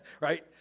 right